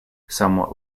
somewhat